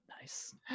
Nice